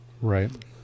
Right